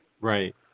Right